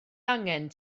angen